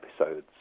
episodes